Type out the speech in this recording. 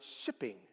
shipping